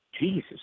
Jesus